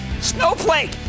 Snowflake